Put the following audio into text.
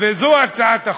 וזו הצעת החוק.